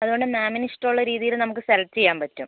അതുകൊണ്ട് മാമിന് ഇഷ്ടം ഉള്ള രീതിയിൽ നമുക്ക് സെലക്ട് ചെയ്യാൻ പറ്റും